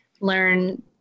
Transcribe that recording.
learn